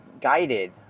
guided